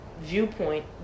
viewpoint